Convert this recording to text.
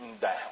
down